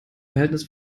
verhältnis